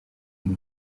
muri